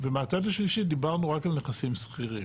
ומהצד השלישי דיברנו רק על נכסים סחירים.